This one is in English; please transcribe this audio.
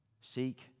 Seek